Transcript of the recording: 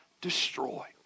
destroy